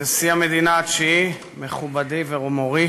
נשיא המדינה התשיעי, מכובדי ומורי